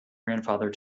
grandfather